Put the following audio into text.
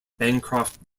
bancroft